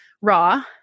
raw